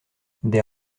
des